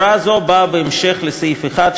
הוראה זו באה בהמשך לסעיף 1,